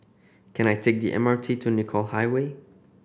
can I take the M R T to Nicoll Highway